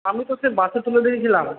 আমি তো সে বাসে তুলে দিয়েছিলাম